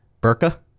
Burka